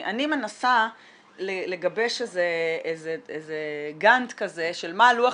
אני מנסה לגבש איזה גאנט כזה של מה לוח